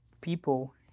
people